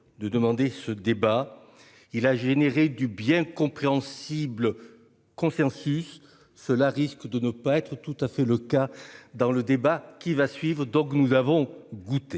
de demander ce débat. Il a généré du bien compréhensible. Consensus. Cela risque de ne pas être tout à fait le cas dans le débat qui va suivre. Donc nous avons goûté